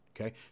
okay